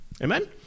Amen